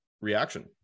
reaction